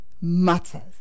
matters